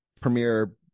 premiere